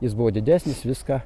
jis buvo didesnis viską